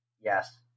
Yes